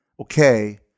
okay